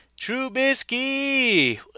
Trubisky